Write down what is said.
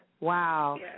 Wow